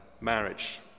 marriage